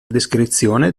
descrizione